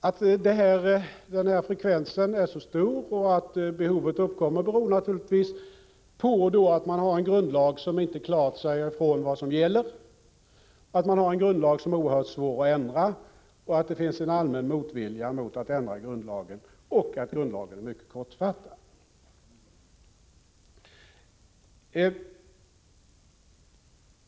Att denna frekvens är så stor och att behovet uppkommer beror naturligtvis på att man har en grundlag i vilken det inte klart sägs ifrån vad som gäller, att man har en grundlag som är oerhört svår att ändra och att det finns en allmän motvilja mot att ändra grundlagen och att grundlagen är mycket kortfattad.